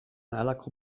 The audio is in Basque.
halako